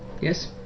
Yes